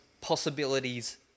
possibilities